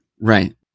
Right